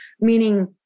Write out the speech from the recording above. Meaning